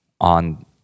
on